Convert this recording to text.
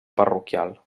parroquial